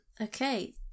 Okay